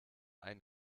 ein